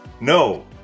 No